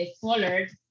colored